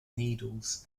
needles